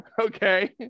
Okay